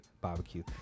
barbecue